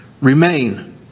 remain